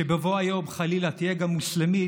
שבבוא היום חלילה תהיה גם מוסלמית,